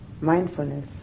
mindfulness